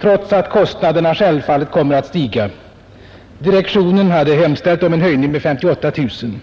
trots att kostnaderna självfallet kommer att stiga. Direktionen hade hemställt om en höjning med 58 000 kronor.